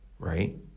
Right